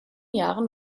jahren